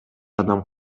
адам